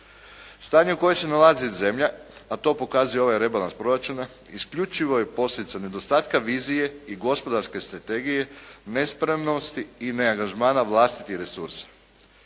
Stanje u kojem se nalazi zemlja, a to pokazuje ovaj rebalans proračuna isključivo je posljedica nedostatka vizije i gospodarske strategije, nespremnosti i ne angažmana vlastitih resursa.